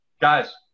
Guys